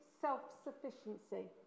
Self-sufficiency